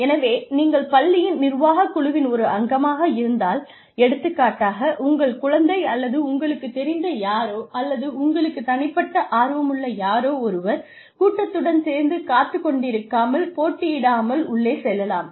எனவே நீங்கள் பள்ளியின் நிர்வாகக் குழுவின் ஒரு அங்கமாக இருந்தால் எடுத்துக்காட்டாக உங்கள் குழந்தை அல்லது உங்களுக்குத் தெரிந்த யாரோ அல்லது உங்களுக்கு தனிப்பட்ட ஆர்வமுள்ள யாரோ ஒருவர் கூட்டத்துடன் சேர்ந்து காத்துக் கொண்டிருக்காமல் போட்டியிடாமல் உள்ளே செல்லலாம்